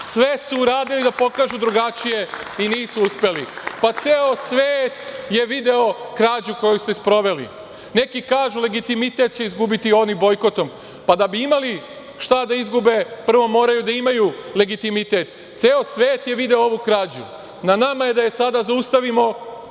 sve su uradili da pokažu drugačije i nisu uspeli. Pa, ceo svet je video krađu koju ste sproveli. Neki kažu legitimitet će izgubiti ovim bojkotom. Pa, da bi imali šta da izgube prvo moraju da imaju legitimitet. Ceo svet je video ovu krađu, a na nama je da je sada zaustavimo,